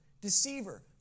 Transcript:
deceiver